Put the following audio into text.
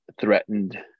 threatened